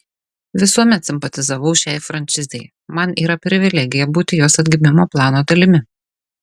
visuomet simpatizavau šiai franšizei man yra privilegija būti jos atgimimo plano dalimi